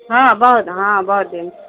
हँ बहुत हँ बहुत दिन